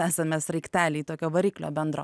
esame sraigteliai tokio variklio bendro